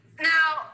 Now